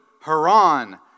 Haran